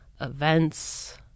events